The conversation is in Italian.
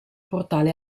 portale